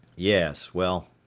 yes. well,